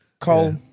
Cole